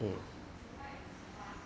mm